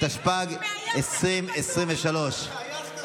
התשפ"ג 2023. הינה,